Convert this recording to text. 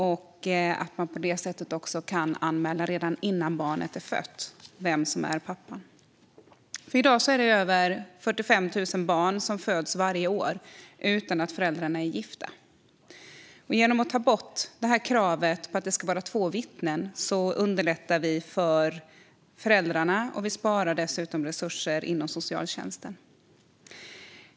På det sättet ska man kunna också anmäla vem som är pappan redan innan barnet är fött. I dag föds varje år över 45 000 barn som inte har gifta föräldrar. Genom att ta bort kravet på två vittnen underlättar vi för föräldrarna och sparar dessutom resurser inom socialtjänsten.